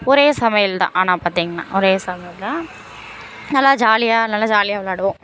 ஒரே சமையல் தான் ஆனால் பார்த்தீங்கன்னா ஒரே சமையல் தான் நல்லா ஜாலியாக நல்லா ஜாலியாக விளாடுவோம்